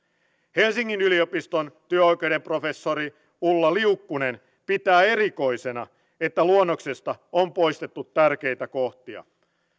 helsingin yliopiston työoikeuden professori ulla liukkunen pitää erikoisena että luonnoksesta on poistettu tärkeitä kohtia